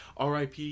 RIP